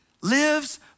lives